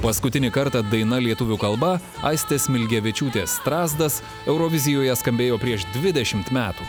paskutinį kartą daina lietuvių kalba aistės smilgevičiūtės strazdas eurovizijoje skambėjo prieš dvidešimt metų